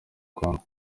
kwambara